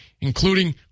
including